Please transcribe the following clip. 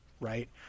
right